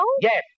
Yes